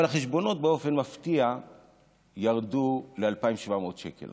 אבל החשבונות באופן מפתיע ירדו ל-2,700 שקל